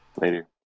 Later